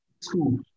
school